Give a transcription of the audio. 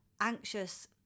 anxious